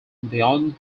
beyond